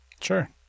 Sure